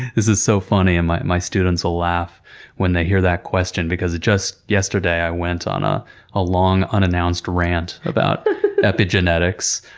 is is so funny, and my my students will laugh when they hear that question because just yesterday i went on a ah long, unannounced rant about epigenetics.